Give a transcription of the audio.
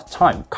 time